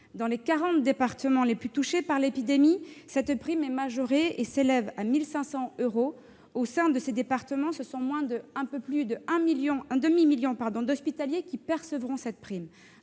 Dans les quarante départements les plus touchés par l'épidémie, cette prime est majorée et s'élève à 1 500 euros. Dans ces départements, ce sont un peu plus d'un demi-million d'hospitaliers qui percevront cette prime.